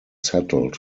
settled